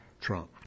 Trump